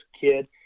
kid